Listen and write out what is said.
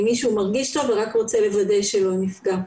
אם מישהו מרגיש טוב ורק רוצה לוודא שהוא לא נפגע.